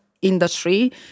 industry